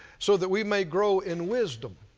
so that we may grow in wisdom.